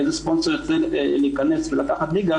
איזה ספונסר ירצה להיכנס ולקחת ליגה,